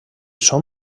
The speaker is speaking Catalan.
són